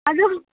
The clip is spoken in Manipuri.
ꯑꯗꯨ